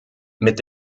mit